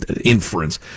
inference